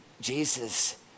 Jesus